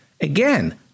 Again